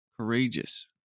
courageous